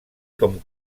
com